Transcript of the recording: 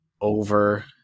over